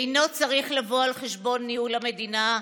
אינו צריך לבוא על חשבון ניהול המדינה,